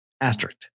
Asterisk